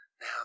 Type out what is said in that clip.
Now